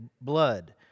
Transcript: blood